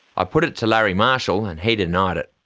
i put it to larry marshall and he denied it.